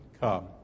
come